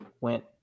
went